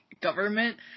government